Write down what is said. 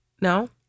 No